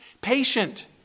Patient